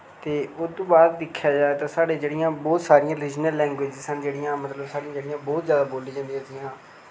ते ओह्दे तो बाद दिक्खेआ जाए ते साढ़े जेह्ड़ियां बोह्त सारियां रीजनल लैंगुएजिसां न जेह्ड़ियां मतलब साढ़ियां जेह्ड़ियां बोह्त ज्यादा बोली जन्दियां जियां